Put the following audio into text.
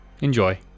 Enjoy